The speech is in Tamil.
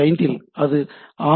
95 இல் இது 6